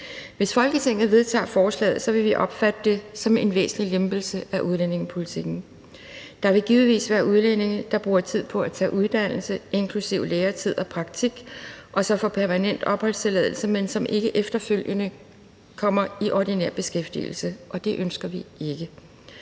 Hvis Folketinget vedtager forslaget, vil vi opfatte det som en væsentlig lempelse af udlændingepolitikken. Der vil givetvis være udlændinge, der bruger tid på at tage uddannelse inklusive læretid og praktik og så får permanent opholdstilladelse, men som ikke efterfølgende kommer i ordinær beskæftigelse, og det ønsker vi ikke.